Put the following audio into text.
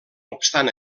obstant